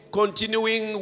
continuing